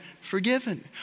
forgiven